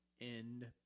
end